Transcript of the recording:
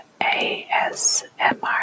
ASMR